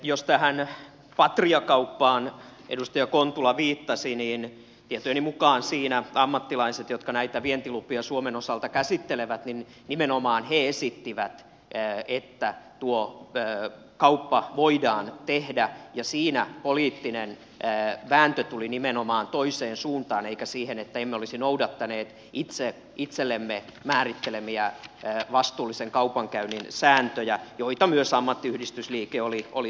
jos edustaja kontula viittasi tähän patria kauppaan niin tietojeni mukaan siinä ammattilaiset jotka näitä vientilupia suomen osalta käsittelevät nimenomaan he esittivät että tuo kauppa voidaan tehdä ja siinä poliittinen vääntö tuli nimenomaan toiseen suuntaan eikä siihen että emme olisi noudattaneet itse itsellemme määrittelemiämme vastuullisen kaupankäynnin sääntöjä joita myös ammattiyhdistysliike oli tukemassa